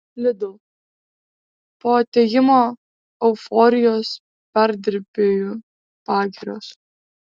lidl po atėjimo euforijos perdirbėjų pagirios